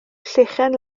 llechen